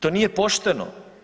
To nije pošteno.